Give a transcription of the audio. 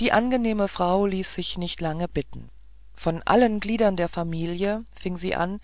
die angenehme frau ließ sich nicht lange bitten von allen gliedern der familie fing sie an